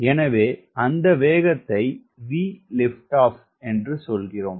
எனவே அந்த வேகத்தை V lift off என்று சொல்கிறோம்